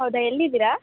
ಹೌದಾ ಎಲ್ಲಿದ್ದೀರಾ